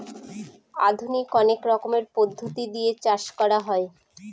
আধুনিক অনেক রকমের পদ্ধতি দিয়ে চাষ করা হয়